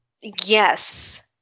Yes